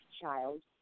child